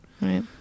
Right